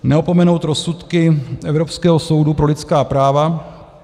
neopomenout rozsudky Evropského soudu pro lidská práva.